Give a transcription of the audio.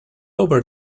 over